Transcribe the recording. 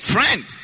Friend